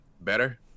Better